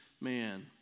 man